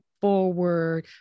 forward